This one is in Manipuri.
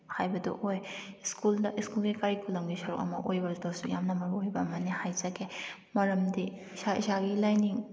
ꯍꯥꯏꯕꯗꯨ ꯑꯣꯏ ꯁ꯭ꯀꯨꯜꯗ ꯁ꯭ꯀꯨꯜꯒꯤ ꯀꯔꯤꯀꯨꯂꯝꯒꯤ ꯁꯔꯨꯛ ꯑꯃ ꯑꯣꯏꯕꯗꯁꯨ ꯌꯥꯝꯅ ꯃꯔꯨꯑꯣꯏꯕ ꯑꯃꯅꯤ ꯍꯥꯏꯖꯒꯦ ꯃꯔꯝꯗꯤ ꯏꯁꯥ ꯏꯁꯥꯒꯤ ꯂꯥꯏꯅꯤꯡ